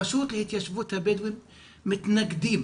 הרשות להתיישבות הבדואים מתנגדים